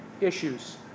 issues